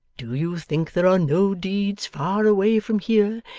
do you think there are no deeds, far away from here,